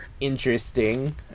interesting